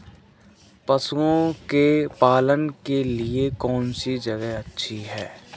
पशुओं के पालन के लिए कौनसी जगह अच्छी है?